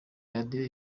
radiyo